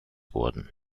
wurden